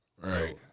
right